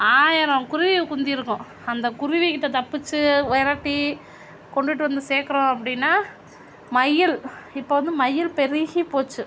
ஆயிரம் குருவி குந்தி இருக்கும் அந்த குருவிக்கிட்ட தப்பிச்சு விரட்டி கொண்டுகிட்டு வந்து சேர்க்கரோம் அப்படின்னா மயில் இப்போ வந்து மயில் பெருகிப் போச்சு